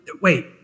wait